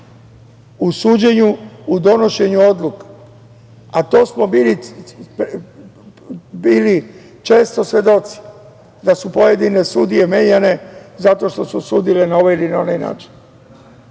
u suđenju, u donošenju odluka, a to smo bili često svedoci da su pojedine sudije menjane zato što su sudile na ovaj ili onaj način.